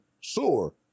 sure